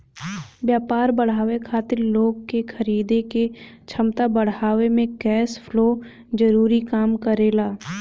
व्यापार बढ़ावे खातिर लोग के खरीदे के क्षमता बढ़ावे में कैश फ्लो जरूरी काम करेला